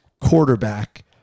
quarterback